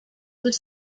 was